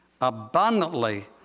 abundantly